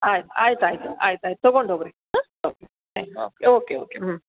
ಆಯ್ತು ಆಯ್ತು ಆಯಿತು ಆಯ್ತು ಆಯ್ತು ತೊಗೊಂಡು ಹೋಗಿರಿ ಹಾಂ ಓಕೆ ತ್ಯಾಂಕ್ ಓಕೆ ಓಕೆ ಹ್ಞೂ